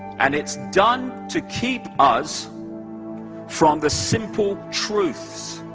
and it's done to keep us from the simple truths.